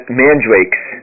mandrakes